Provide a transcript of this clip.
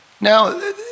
Now